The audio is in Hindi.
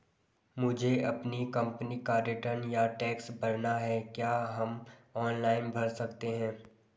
मुझे अपनी कंपनी का रिटर्न या टैक्स भरना है क्या हम ऑनलाइन भर सकते हैं?